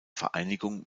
vereinigung